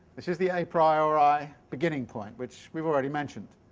this is the a priori beginning point which we've already mentioned.